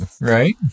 right